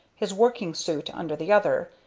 his working-suit under the other,